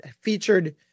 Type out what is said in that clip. featured